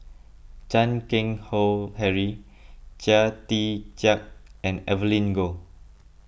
Chan Keng Howe Harry Chia Tee Chiak and Evelyn Goh